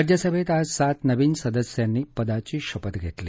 राज्यसभेत आज सात नवीन सदस्यांनी पदाची शपथ घेतली